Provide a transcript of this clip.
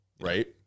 right